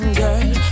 girl